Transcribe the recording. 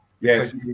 yes